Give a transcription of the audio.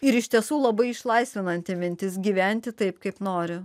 ir iš tiesų labai išlaisvinanti mintis gyventi taip kaip noriu